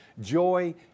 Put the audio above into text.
joy